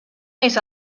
més